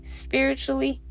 spiritually